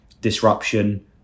disruption